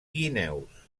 guineus